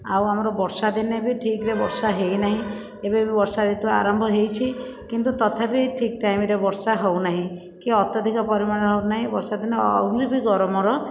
ଆଉ ଆମର ବର୍ଷାଦିନେ ବି ଠିକ୍ରେ ବର୍ଷା ହୋଇନାହିଁ ଏବେ ବି ବର୍ଷା ଋତୁ ଆରମ୍ଭ ହୋଇଛି କିନ୍ତୁ ତଥାବି ଠିକ୍ ଟାଇମରେ ବର୍ଷା ହୋଉ ନାହିଁ କି ଅତ୍ୟଧିକ ପରିମାଣର ହେଉ ନାହିଁ ବର୍ଷାଦିନେ ଆହୁରି ବି ଗରମର